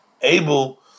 able